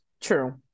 True